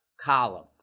column